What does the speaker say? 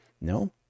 no